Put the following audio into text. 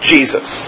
Jesus